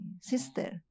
sister